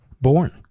born